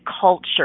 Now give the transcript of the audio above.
culture